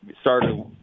started